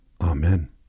Amen